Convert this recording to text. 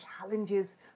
challenges